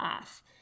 off